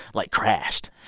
like, crashed.